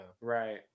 Right